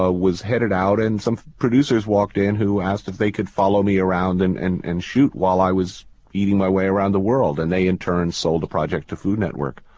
ah was headed out and some producers walked in and asked if they could follow me around and and and shoot while i was eating my way around the world. and they in turn sold the project to food network,